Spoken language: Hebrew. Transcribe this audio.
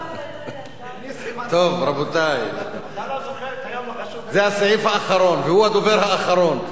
טוב, רבותי, זה הסעיף האחרון והוא הדובר האחרון.